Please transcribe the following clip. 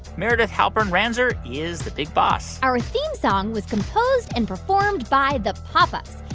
meredith halpern-ranzer is the big boss our theme song was composed and performed by the pop ups.